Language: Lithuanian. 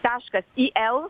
taškas i el